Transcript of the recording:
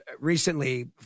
recently